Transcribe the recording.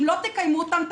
אם לא תקיימו אותם,